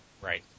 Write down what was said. Right